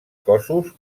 cossos